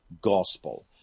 gospel